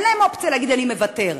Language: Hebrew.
אין להם אופציה להגיד: אני מוותר.